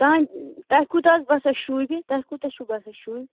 تانۍ تۄہہِ کوٗتاہ حظ باسان شوٗبہِ تۄہہِ کوٗتاہ چھُو باسان شوٗبہِ